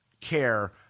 care